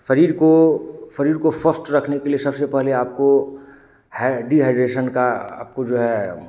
शरीर को शरीर को स्वस्थ रखने के लिए सबसे पहले आपको ह डिहाइड्रेशन का आपको जो है